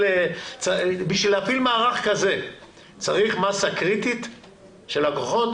בשביל להפעיל מערך כזה צריך מסה קריטית של לקוחות?